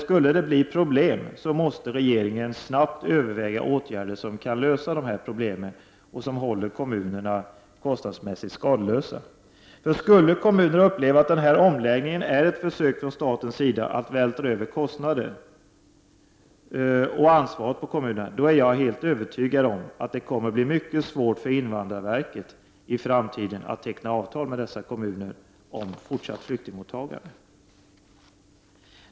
Skulle det bli problem måste regeringen snabbt överväga åtgärder som kan lösa problemen och som håller kommunerna kostnadsmässigt skadeslösa. Skulle kommunerna uppleva att omläggningen är ett försök från statens sida att vältra över kostnader och ansvar på kommunerna, är jag helt övertygad om att det kommer att bli mycket svårt för invandrarverket att i framtiden teckna avtal med dessa kommuner om fortsatt flyktingmottagande.